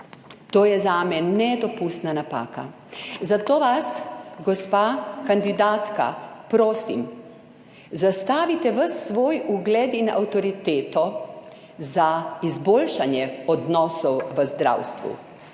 To je zame nedopustna napaka. Zato vas, gospa kandidatka, prosim zastavite ves svoj ugled in avtoriteto za izboljšanje odnosov v zdravstvu.